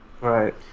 Right